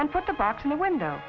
and put the box in the window